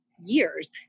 years